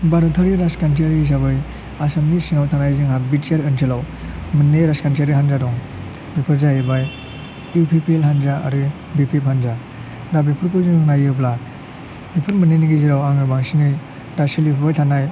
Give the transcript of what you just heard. भारतारि राजखान्थियारि हिसाबै आसामनि सिङाव थानाय जोंहा बिटिआर ओनसोलआव मोननै राजखान्थियारि हान्जा दं बेफोर जाहैबाय इउपिपिएल हान्जा आरो बिपिएफ हान्जा दा बेफोरखौ जों नायोब्ला बेफोरनि मोननैनि गेजेराव आङो बांसिनै दा सोलिफुबाय थानाय